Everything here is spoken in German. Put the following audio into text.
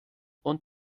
und